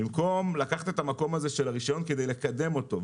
במקום לקחת את המקום הזה של הרישיון כדי לקדם אותו,